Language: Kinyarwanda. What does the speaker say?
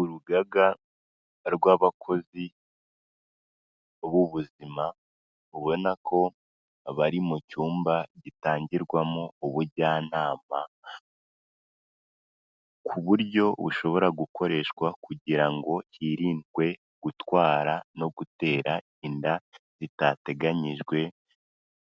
Urugaga rw'abakozi b'ubuzima, ubona ko bari mu cyumba gitangirwamo ubujyanama, ku buryo bushobora gukoreshwa kugira ngo hirindwe gutwara no gutera inda zitateganyijwe,